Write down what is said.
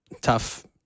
tough